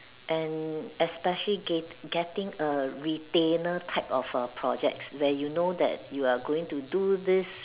and especially gate getting a retainer type of err projects where you know that you are going to do this